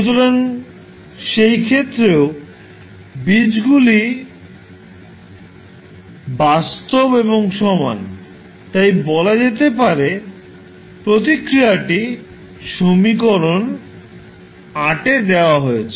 সুতরাং সেই ক্ষেত্রেও বীজগুলি বাস্তব এবং সমান তাই বলা যেতে পারে প্রতিক্রিয়াটি সমীকরণ এ দেওয়া হয়েছে